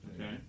Okay